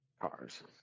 cars